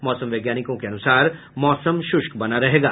मौसम वैज्ञानिकों के अनुसार मौसम शुष्क बना रहेगा